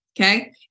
Okay